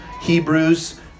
Hebrews